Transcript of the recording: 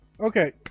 Okay